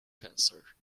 cancer